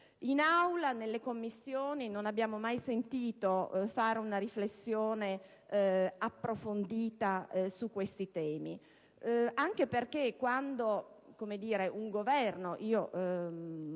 In Aula e nelle Commissioni non abbiamo mai sentito fare una riflessione approfondita su questi temi, anche perché quando un Governo